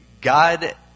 God